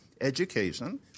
education